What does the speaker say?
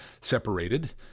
separated